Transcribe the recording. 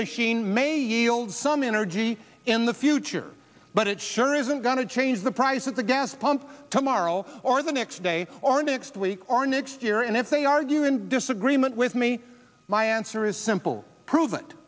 machine may yield some energy in the future but it sure isn't going to change the price at the gas pump tomorrow or the next day or next week or next year and if they argue in disagreement with me my answer is simple prove it